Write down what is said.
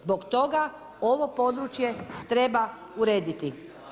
Zbog toga ovo područje treba urediti.